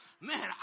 man